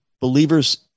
believers